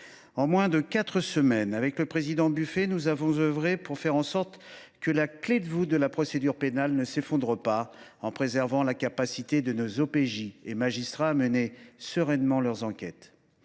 En moins de quatre semaines, avec le président Buffet, nous avons œuvré pour faire en sorte que la clé de voûte de la procédure pénale ne s’effondre pas, en préservant la capacité de nos officiers de police judiciaire (OPJ) et de nos magistrats à mener sereinement leurs enquêtes.